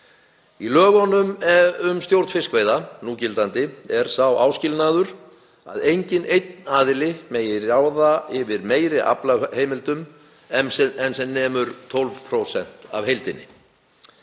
lögum um stjórn fiskveiða er sá áskilnaður að enginn einn aðili megi ráða yfir meiri aflaheimildum en sem nemur 12% af heildinni.